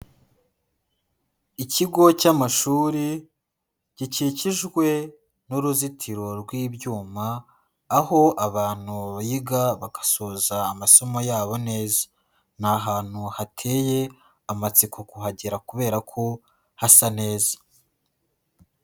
Ikigo cy'amashuri gikikijwe n'uruzitiro rw'ibyuma, aho abantu biga bagasoza amasomo yabo neza. Ni ahantu hateye amatsiko kuhagera kubera ko hasa neza.